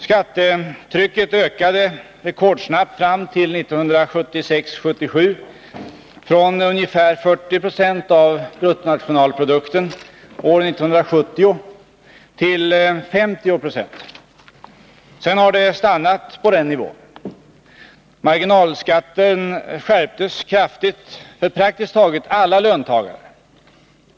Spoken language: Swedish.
Skattetrycket ökade rekordsnabbt fram till 1976/77, från ungefär 40 90 av bruttonationalprodukten, BNP, år 1970 till 50 26. Sedan har det stannat på den nivån. Marginalskatten skärptes kraftigt för praktiskt taget alla löntagare.